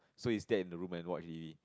so he stayed in the room and watch the